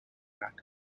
matt